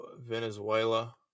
Venezuela